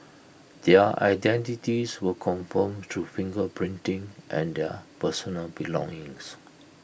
their identities were confirmed through finger printing and their personal belongings